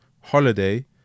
holiday